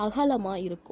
அகலமாக இருக்கும்